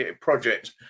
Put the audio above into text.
project